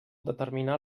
determinar